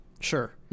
sure